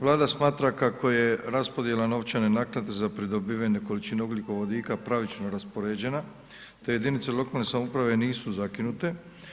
Vlada smatra kako je raspodjela novčane naknade za pridobivene količine ugljikovodika pravično raspoređena te jedinice lokalne samouprave nisu zakinute.